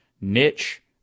niche